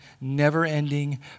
never-ending